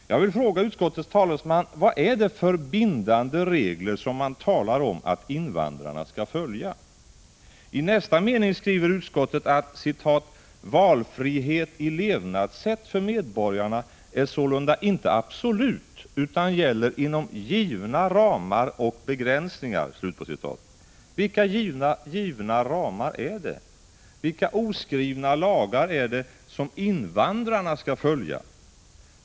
Jag vill fråga utskottets talesman: Vad är det för bindande regler som man talar om att invandrarna skall följa? I nästa mening skriver utskottet: ”Valfriheten i levnadssätt för medborgarna är sålunda inte absolut utan gäller inom givna ramar och begränsningar ———.” Vilka givna ramar är det? Vilka oskrivna lagar är det som invandrarna skall följa?